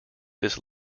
this